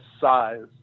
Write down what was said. size